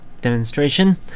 Demonstration